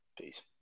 Peace